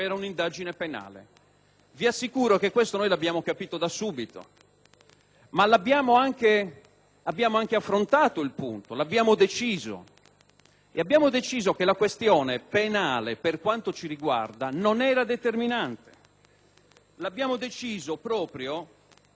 ma abbiamo anche affrontato il punto e abbiamo deciso che la questione penale, per quanto ci riguardava, non era determinante. L'abbiamo deciso proprio in ragione del fatto che, sul